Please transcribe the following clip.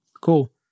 cool